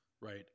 right